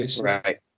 right